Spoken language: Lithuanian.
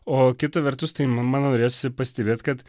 o kita vertus tai man norėjosi pastebėt kad